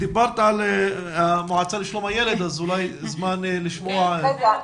דיברת על המועצה לשלום הילד וזה הזמן לשמוע אותה.